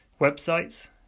Websites